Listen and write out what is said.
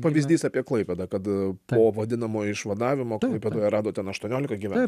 pavyzdys apie klaipėdą kad po vadinamo išvadavimo klaipėdoje rado ten aštuoniolika gyvent